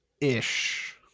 ish